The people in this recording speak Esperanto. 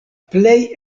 plej